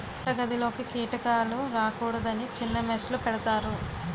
వంటగదిలోకి కీటకాలు రాకూడదని చిన్న మెష్ లు పెడతారు